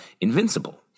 Invincible